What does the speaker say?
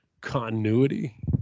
continuity